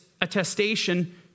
attestation